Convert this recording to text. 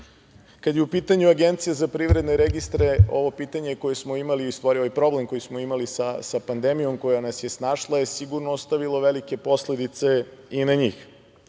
Kada je u pitanju Agencija za privredne registre, ovaj problem koji smo imali sa pandemijom koja nas je snašla je sigurno ostavilo velike posledice i na njih.